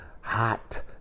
hot